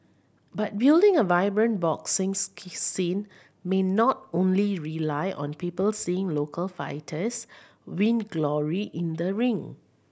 but building a vibrant boxing scene may not only rely on people seeing local fighters win glory in the ring